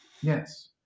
Yes